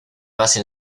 base